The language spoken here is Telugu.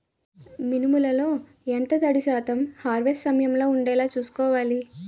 మినుములు లో ఎంత తడి శాతం హార్వెస్ట్ సమయంలో వుండేలా చుస్కోవాలి?